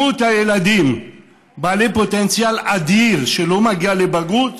מספר הילדים בעלי פוטנציאל אדיר שלא מגיעים לבגרות,